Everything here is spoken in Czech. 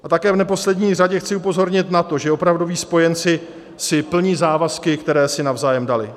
A také v neposlední řadě chci upozornit na to, že opravdoví spojenci plní závazky, které si navzájem dali.